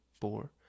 four